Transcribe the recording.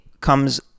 comes